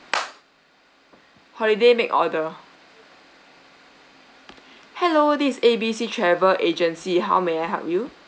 holiday make order hello this is A B C travel agency how may I help you